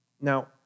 Now